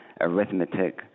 arithmetic